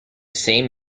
same